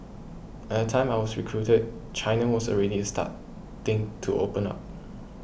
at the time I was recruited China was already starting to open up